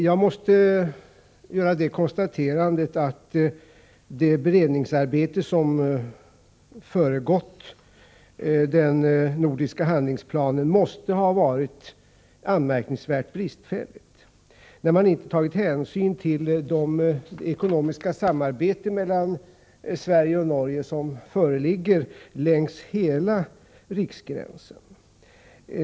Jag måste göra konstaterandet att det beredningsarbete som föregått den nordiska handlingsplanen måste ha varit anmärkningsvärt bristfälligt, när man inte tagit hänsyn till det ekonomiska samarbete mellan Sverige och Norge som föreligger längs hela riksgränsen.